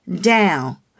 down